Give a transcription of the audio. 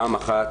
פעם אחת